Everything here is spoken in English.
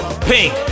pink